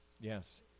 yes